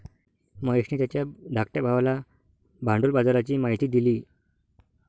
महेशने त्याच्या धाकट्या भावाला भांडवल बाजाराची माहिती दिली